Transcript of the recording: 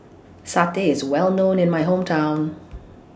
Satay IS Well known in My Hometown